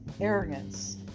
Arrogance